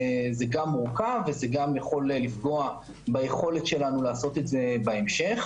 זה גם מורכב וזה גם יכול לפגוע ביכולת שלנו לעשות את זה בהמשך.